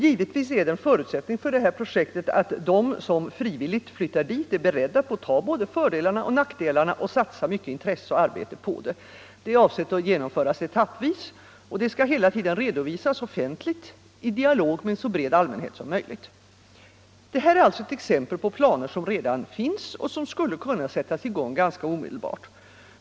Givetvis är en förutsättning för projektet att de som frivilligt flyttar dit är beredda på att ta både fördelarna och nackdelarna och satsa mycket intresse och arbete på det. Projektet är avsett att genomföras etappvis och skall hela tiden redovisas offentligen i dialog med en så bred allmänhet som möjligt. Det här är alltså ett exempel på planer som redan finns och skulle kunna sättas i gång ganska omedelbart.